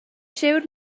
siŵr